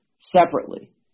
separately